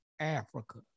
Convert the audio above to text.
Africa